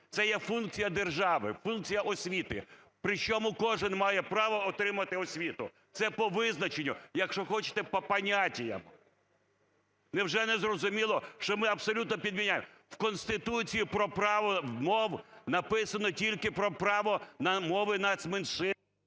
це є функція держави, функція освіти. Причому "кожен має право отримати освіту"? Це по визначенню, якщо хочете – "по понятиям". Невже незрозуміло, що ми абсолютно підмінюємо. В Конституції про право мов написано тільки про право на мови нацменшин.